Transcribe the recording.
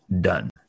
done